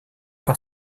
par